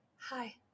Hi